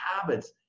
habits